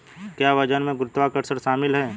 क्या वजन में गुरुत्वाकर्षण शामिल है?